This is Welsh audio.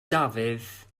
dafydd